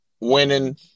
winning